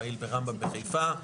פעיל ברמב"ם בחיפה,